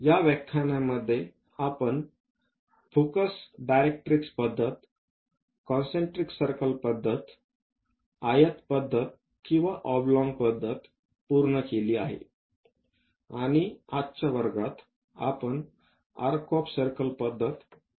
या व्याख्यानांमध्ये आपण फोकस डायरेक्ट्रिक्स पद्धत कॉन्सन्ट्रीक सर्कल पद्धत आयत पद्धत किंवा ऑबलॉंग पद्धत पूर्ण केली आहे आणि आजच्या वर्गात आपण आर्क ऑफ सर्कल पद्धत पाहू